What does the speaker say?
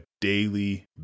daily